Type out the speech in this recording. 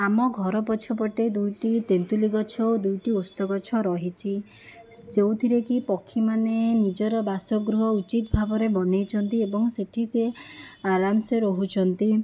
ଆମ ଘର ପଛ ପଟେ ଦୁଇଟି ତେନ୍ତୁଳି ଗଛ ଆଉ ଦୁଇଟି ଓସ୍ତ ଗଛ ରହିଛି ଯେଉଁଥିରେକି ପକ୍ଷୀମାନେ ନିଜର ବାସଗୃହ ଉଚିତ ଭାବରେ ବନେଇଛନ୍ତି ଏବଂ ସେଠି ସେ ଆରାମ ସେ ରହୁଛନ୍ତି